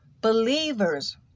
believers